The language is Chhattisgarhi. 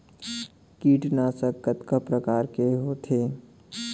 कीटनाशक कतका प्रकार के होथे?